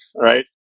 right